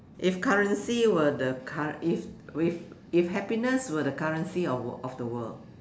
if currency were the cur~ if with if happiness were the currency of of the world